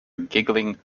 giggling